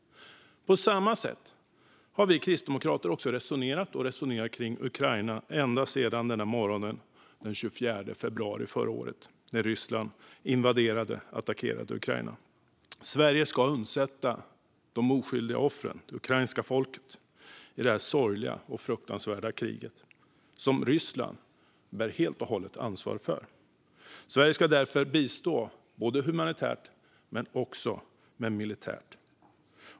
På samma sätt har vi kristdemokrater resonerat kring Ukraina ända sedan morgonen den 24 februari förra året när Ryssland attackerade och invaderade Ukraina. Sverige ska undsätta de oskyldiga offren, det ukrainska folket, i detta sorgliga och fruktansvärda krig som Ryssland bär hela ansvaret för. Sverige ska därför bistå Ukraina både humanitärt och militärt.